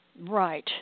Right